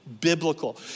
biblical